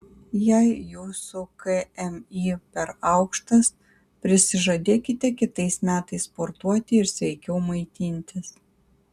jei jūsų kmi yra per aukštas prisižadėkite kitais metais sportuoti ir sveikiau maitintis